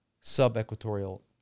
sub-equatorial